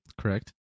Correct